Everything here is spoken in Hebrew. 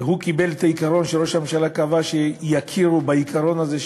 שהוא קיבל את העיקרון שראש הממשלה קבע שיכירו בעיקרון הזה,